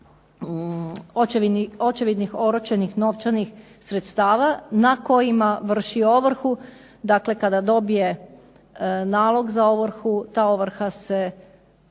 očevidnih oročenih novčanih sredstava na kojima vrši ovrhu, dakle kada dobije nalog za ovrhu, ta ovrha se